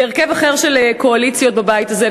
בהרכב אחר של קואליציות בבית הזה,